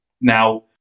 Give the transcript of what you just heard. Now